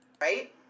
right